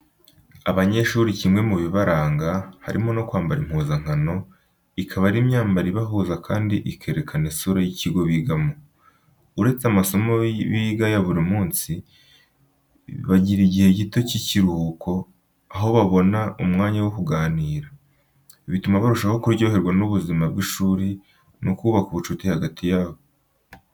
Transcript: Abanyeshuri kimwe mu bibaranga, harimo no kwambara impuzankano, ikaba ari imyambaro ibahuza kandi ikerekana isura y'ikigo bigamo. Uretse amasomo biga ya buri munsi, bagira igihe gito cy'ikiruhuko, aho babona umwanya wo kuganira. Bituma barushaho kuryoherwa n'ubuzima bw'ishuri no kubaka ubucuti hagati yabo.